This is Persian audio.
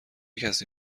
کسی